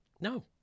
No